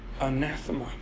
anathema